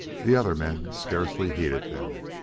the other men scarcely heeded them.